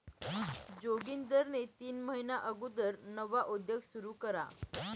जोगिंदरनी तीन महिना अगुदर नवा उद्योग सुरू करा